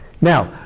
now